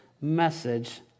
message